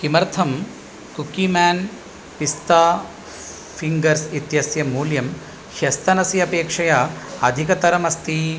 किमर्थं cookie man pista fingers इत्यस्य मूल्यं ह्यस्तनस्य अपेक्षया अधिकतरमस्ति